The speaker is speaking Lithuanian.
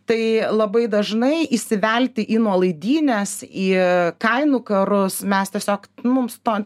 tai labai dažnai įsivelti į nuolaidynes į kainų karus mes tiesiog mums to